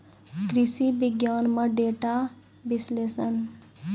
कृषि विज्ञान में डेटा विश्लेषण